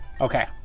Okay